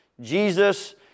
Jesus